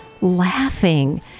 laughing